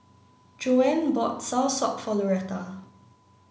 Joanne bought Soursop for Loretta